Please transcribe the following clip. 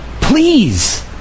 Please